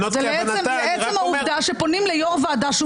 זה לעצם העובדה שפונים ליושב-ראש ועדה שהוא